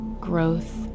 growth